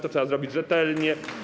To trzeba zrobić rzetelnie.